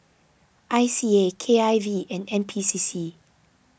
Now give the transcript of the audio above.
I C A K I V and N P C C